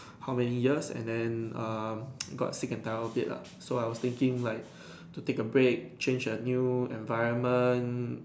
how many years and then um got sick and tired of it lah so I was thinking like to take a break change a new environment